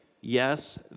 Yes